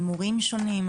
על מורים שונים,